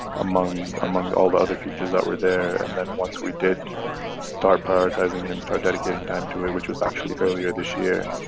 among among all the other features that were there. and then once we did start prioritizing and start dedicating time to it, which was actually earlier this year,